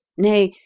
nay,